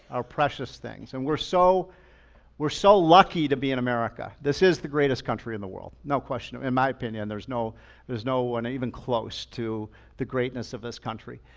are precious things. and we're so we're so lucky to be in america. this is the greatest country in the world. no question. in my opinion, there's no there's no one even close to the greatness of this country.